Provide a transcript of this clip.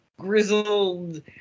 grizzled